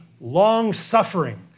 long-suffering